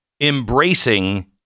embracing